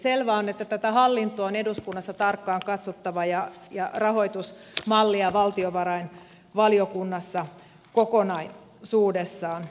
selvää on että tätä hallintoa on eduskunnassa tarkkaan katsottava ja rahoitusmallia valtiovarainvaliokunnassa kokonaisuudessaan